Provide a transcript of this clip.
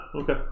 Okay